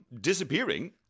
disappearing